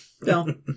No